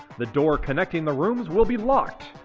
the door connecting the rooms will be locked.